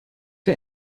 wer